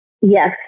yes